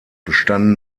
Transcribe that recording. bestanden